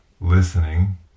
listening